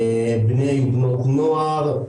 בני ובנות נוער.